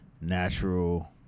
natural